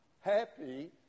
Happy